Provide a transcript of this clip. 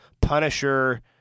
Punisher